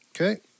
Okay